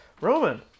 Roman